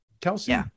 Kelsey